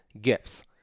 gifts